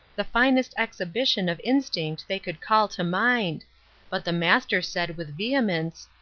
the finest exhibition of instinct they could call to mind but the master said, with vehemence,